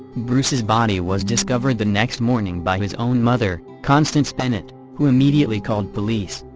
bruce's body was discovered the next morning by his own mother, constance bennett, who immediately called police.